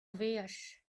veaj